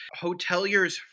Hoteliers